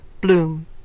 Bloom